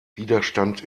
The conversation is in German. widerstand